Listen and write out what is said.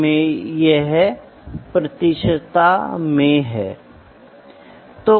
तो माप के वर्गीकरण आपके पास मेकैनिज्म प्रकार हैं